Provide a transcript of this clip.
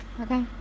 Okay